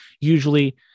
Usually